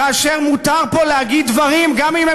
כאשר מותר פה להגיד דברים גם אם הם